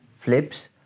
flips